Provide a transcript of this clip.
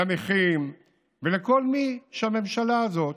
לנכים ולכל מי שהממשלה הזאת